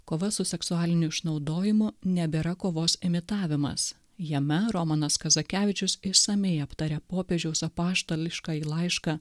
kova su seksualiniu išnaudojimu nebėra kovos imitavimas jame romanas kazakevičius išsamiai aptarė popiežiaus apaštališkąjį laišką